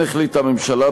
כן החליטה הממשלה,